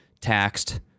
taxed